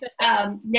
now